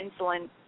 insulin